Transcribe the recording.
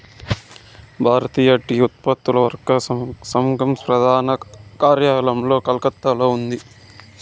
భారతీయ tea ఉత్పత్తిదారుల వర్తక సంఘం ప్రధాన కార్యాలయం కలకత్తాలో ఉంది